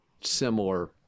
similar